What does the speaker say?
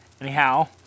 Anyhow